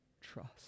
trust